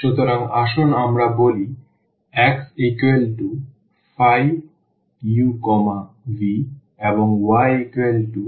সুতরাং আসুন আমরা বলি xuv এবং yψuv